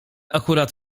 akurat